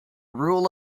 rule